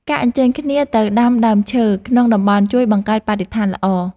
ការអញ្ជើញគ្នាទៅដាំដើមឈើក្នុងតំបន់ជួយបង្កើតបរិស្ថានល្អ។